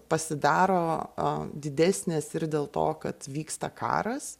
pasidaro didesnės ir dėl to kad vyksta karas